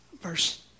Verse